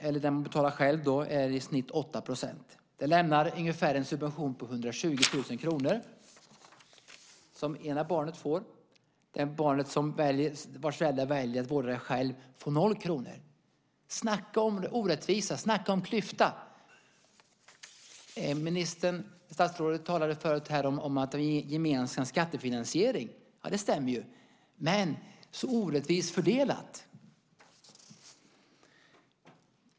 Det som man betalar själv är i snitt 8 %. Det lämnar en subvention på ungefär 120 000 kr. Det är vad det ena barnet får. Det barn vars föräldrar väljer att vårda barnet själva får noll kronor. Snacka om orättvisa! Snacka om klyfta! Statsrådet talade förut här om gemensam skattefinansiering. Det stämmer ju. Men det är så orättvist fördelat.